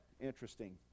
interesting